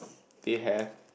they have